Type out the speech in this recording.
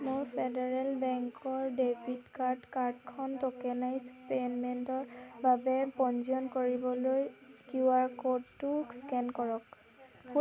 মোৰ ফেডাৰেল বেংকৰ debit card কাৰ্ডখন ট'কেনাইজ্ড পে'মেণ্টৰ বাবে পঞ্জীয়ন কৰিবলৈ কিউআৰ ক'ডটো স্কেন কৰক